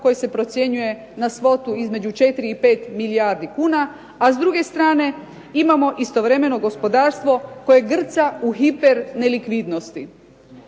koji se procjenjuje na svotu između 4 i 5 milijardi kuna. A s druge strane imamo istovremeno gospodarstvo koje grca u hiper nelikvidnosti.